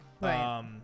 Right